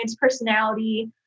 personality